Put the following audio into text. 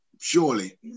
surely